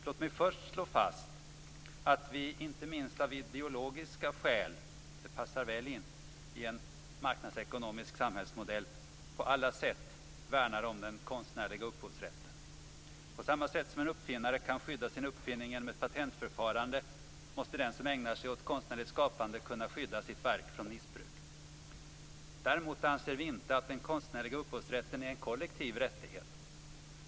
Låt mig först slå fast att vi, inte minst av ideologiska skäl, på alla sätt värnar om den konstnärliga upphovsrätten. På samma sätt som en uppfinnare kan skydda sin uppfinning genom ett patentförfarande måste den som ägnar sig åt konstnärligt skapande kunna skydda sitt verk från missbruk. Däremot anser vi inte att den konstnärliga upphovsrätten är en kollektiv rättighet.